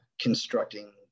constructing